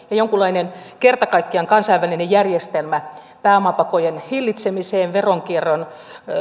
ja jonkunlainen kerta kaikkiaan kansainvälinen järjestelmä pääomapakojen hillitsemiseen veronkierron